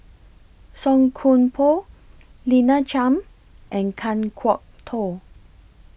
Song Koon Poh Lina Chiam and Kan Kwok Toh